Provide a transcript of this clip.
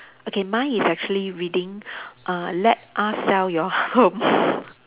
okay mine is actually reading err let us sell your home